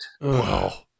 Wow